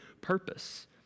purpose